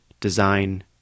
design